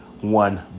One